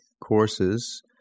courses